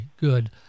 good